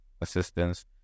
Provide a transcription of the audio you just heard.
assistance